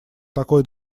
такой